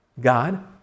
God